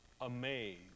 amazed